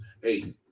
Hey